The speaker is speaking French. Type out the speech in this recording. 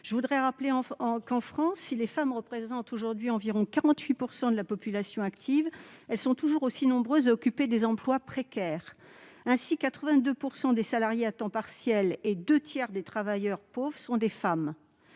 relatives aux femmes. En France, si les femmes représentent aujourd'hui environ 48 % de la population active, elles sont toujours aussi nombreuses à occuper des emplois précaires : 82 % des salariés à temps partiel et deux tiers des travailleurs pauvres sont des femmes.